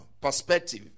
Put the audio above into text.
perspective